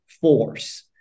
force